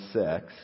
sex